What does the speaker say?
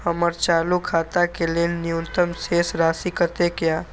हमर चालू खाता के लेल न्यूनतम शेष राशि कतेक या?